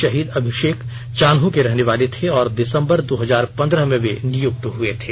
शहीद अभिषेक चान्हो के रहने वाले थे और दिसंबर दो हजार पंद्रह में वे नियुक्त हुए थे